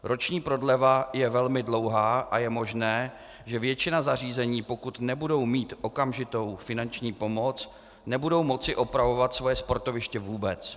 Roční prodleva je velmi dlouhá a je možné, že většina zařízení, pokud nebudou mít okamžitou finanční pomoc, nebude moci opravovat svoje sportoviště vůbec.